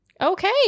okay